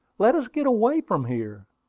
let us get away from here!